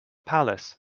palace